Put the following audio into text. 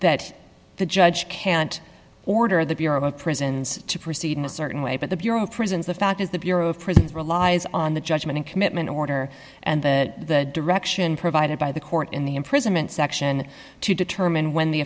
that the judge can't order the bureau of prisons to proceed in a certain way but the bureau of prisons the fact is the bureau of prisons relies on the judgment commitment order and the direction provided by the court in the imprisonment section to determine when the